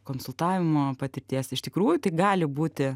konsultavimo patirties iš tikrųjų tai gali būti